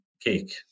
cake